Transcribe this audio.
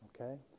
okay